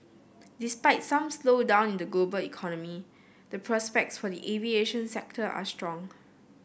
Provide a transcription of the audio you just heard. despite some slowdown in the global economy the prospects for the aviation sector are strong